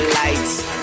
lights